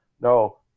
No